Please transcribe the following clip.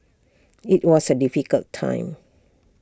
IT was A difficult time